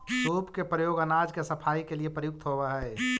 सूप के प्रयोग अनाज के सफाई के लिए प्रयुक्त होवऽ हई